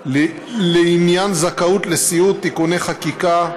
לעניין זכאות לסיעוד (תיקוני חקיקה),